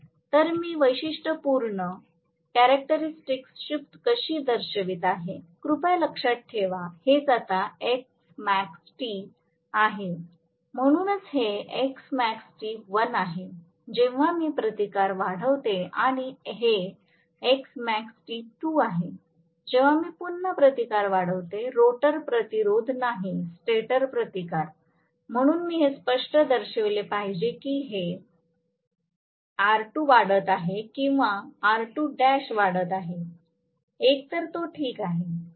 तर मी वैशिष्ट्यपूर्ण कॅरॅक्टरिस्टिकस शिफ्ट कशी दर्शवित आहे कृपया लक्षात ठेवा हेच आता SmaxT आहे म्हणूनच हे SmaxT 1 आहे जेव्हा मी प्रतिकार वाढविते आणि हे SmaxT 2 आहे जेव्हा मी पुन्हा प्रतिकार वाढविते रोटर प्रतिरोध नाही स्टेटर प्रतिकार म्हणून मी हे स्पष्टपणे दर्शविले पाहिजे की हे R2 वाढत आहे किंवा R2l वाढत आहे एकतर तो ठीक आहे